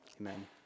Amen